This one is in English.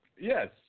Yes